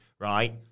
right